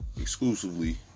Exclusively